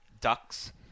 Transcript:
ducks